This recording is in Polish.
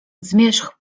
zmierzch